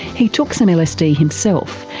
he took some lsd himself,